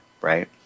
right